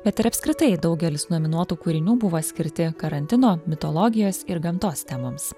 bet ir apskritai daugelis nominuotų kūrinių buvo skirti karantino mitologijos ir gamtos temoms